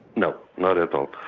no, not at all.